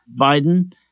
Biden